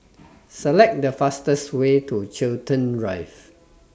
Select The fastest Way to Chiltern Drive